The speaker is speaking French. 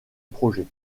projet